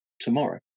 tomorrow